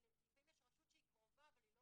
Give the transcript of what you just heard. כי לפעמים יש רשות שהיא קרובה אבל היא לא